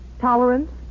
tolerance